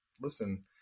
Listen